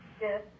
Yes